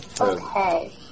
Okay